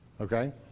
Okay